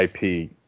IP